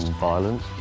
violent.